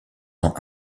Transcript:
ans